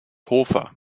hofer